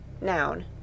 Noun